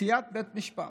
סיעת בית משפט,